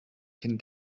cyn